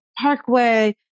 parkway